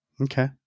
Okay